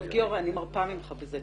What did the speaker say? אני מרפה ממך בזה.